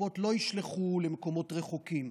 שקופות לא ישלחו למקומות רחוקים.